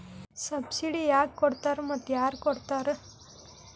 Subsidy ಯಾಕೆ ಕೊಡ್ತಾರ ಮತ್ತು ಯಾರ್ ಕೊಡ್ತಾರ್?